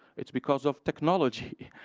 it's because of technology.